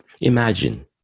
Imagine